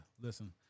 Listen